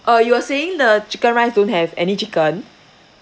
uh you were saying the chicken rice don't have any chicken